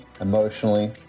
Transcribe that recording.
emotionally